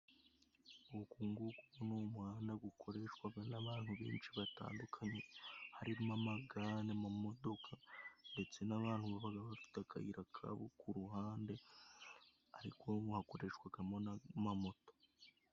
Uyu nguyu wo ni umuhanda ukoreshwa n'abantu benshi batandukanye. Harimo amagare, amamodoka ndetse n'abantu, baba bafite akayira kabo ku ruhande, ariko gakoreshwamo n'amamoto.